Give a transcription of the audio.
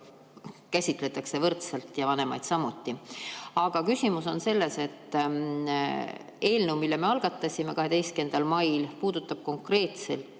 käsitletakse võrdselt, vanemaid samuti. Aga küsimus on selles, et eelnõu, mille me algatasime 12. mail, puudutab konkreetselt